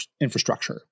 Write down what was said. infrastructure